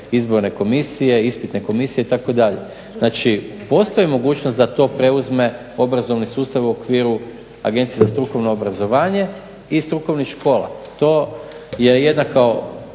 izborne komisije, ispitne komisije itd. Znači postoji mogućnost da to preuzme obrazovni sustav u okviru Agencije za strukovno obrazovanje i strukovnih škola. To je jedna kao